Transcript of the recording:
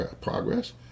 progress